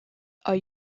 are